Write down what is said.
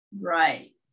right